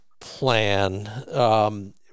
plan